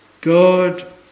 God